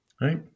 right